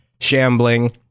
shambling